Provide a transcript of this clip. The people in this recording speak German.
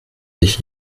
ich